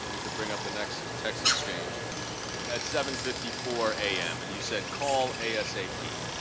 and we can bring up the next text exchange at seven fifty four a m. and you said call asap.